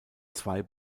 zwei